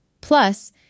Plus